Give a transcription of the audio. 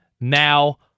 now